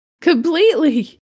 Completely